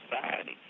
society